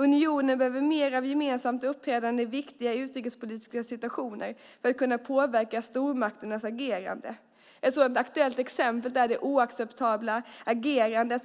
Unionen behöver mer av gemensamt uppträdande i viktiga utrikespolitiska situationer för att kunna påverka stormakternas agerande. Ett aktuellt exempel är Israels oacceptabla agerande